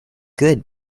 good